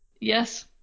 Yes